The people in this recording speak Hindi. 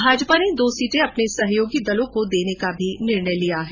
भाजपा ने दो सीटें अपने सहयोगी दलों को देने का भी निर्णय किया है